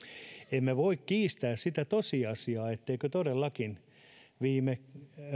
emme voi kiistää sitä tosiasiaa etteikö todellakin viime